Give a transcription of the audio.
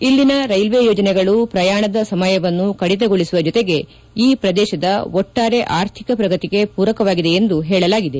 ಇಲ್ಲಿನ ರೈಲ್ವೆ ಯೋಜನೆಗಳು ಪ್ರಯಾಣ ಸಮಯವನ್ನು ಕಡಿತಗೊಳಿಸುವ ಜೊತೆಗೆ ಈ ಪ್ರದೇಶದ ಒಟ್ಟಾರೆ ಆರ್ಥಿಕ ಪ್ರಗತಿಗೆ ಪೂರಕವಾಗಿದೆ ಎಂದು ಹೇಳಲಾಗಿದೆ